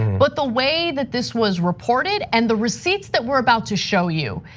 but the way that this was reported and the receipts that we're about to show you.